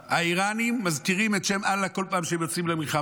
האיראנים מזכירים את שם אללה כל פעם כשהם יוצאים למלחמה,